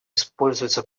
используются